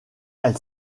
elle